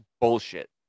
bullshit